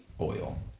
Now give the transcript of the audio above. oil